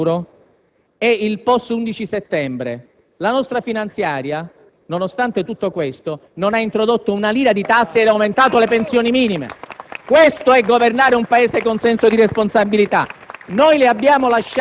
È stata presentata come un finanziaria che doveva gestire un'eredità pesante, quella lasciata da noi. Presidente Prodi, noi nel 2001 abbiamo trovato un buco di 36 miliardi di euro